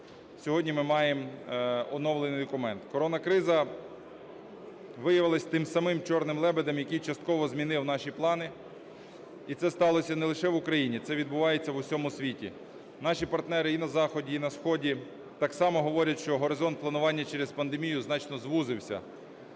сьогодні ми маємо оновлений документ. Коронакриза виявилася тим самим "чорним лебедем", який частково змінив наші плани, і це сталося не лише в Україні, це відбувається в усьому світі. Наші партнери і на Заході, і на Сході так само говорять, що горизонт планування через пандемію значно звузився.